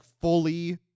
fully